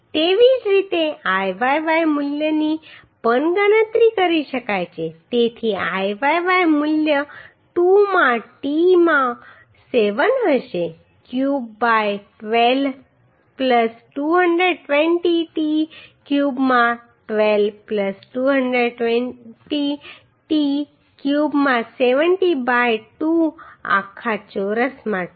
તેવી જ રીતે Iyy મૂલ્યની પણ ગણતરી કરી શકાય છે તેથી Iyy મૂલ્ય 2 માં t માં 7 હશે ક્યુબ બાય 12 220 ટી ક્યુબમાં 12 220 ટી ક્યુબમાં 70 બાય 2 આખા ચોરસમાં 2